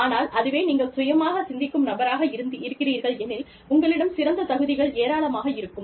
ஆனால் அதுவே நீங்கள் சுயமாக சிந்திக்கும் நபராக இருக்கிறீர்கள் எனில் உங்களிடம் சிறந்த தகுதிகள் ஏராளமாக இருக்கும்